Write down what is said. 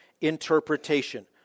interpretation